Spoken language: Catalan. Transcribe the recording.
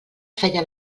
feia